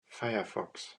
firefox